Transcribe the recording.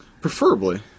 Preferably